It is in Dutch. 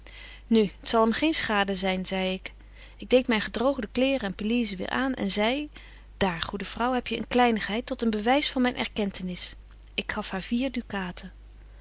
nu t zal hem geen schade zyn zei ik ik deed myn gedroogde kleêren en pelise weêr aan en zei daar goede vrouw heb je een kleinigheid tot een bewys van myn erkentenis ik gaf haar vier ducaten